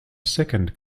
second